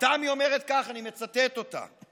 ותמי אומרת כך, אני מצטט אותה: